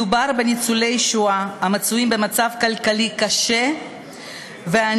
מדובר בניצולי שואה המצויים במצב כלכלי קשה והניכוי